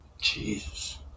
Jesus